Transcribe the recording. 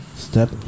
Step